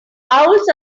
owls